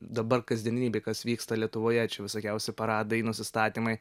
dabar kasdienybė kas vyksta lietuvoje čia visokiausi paradai nusistatymai